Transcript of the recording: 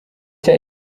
cya